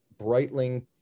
Breitling